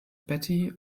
betty